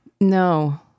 No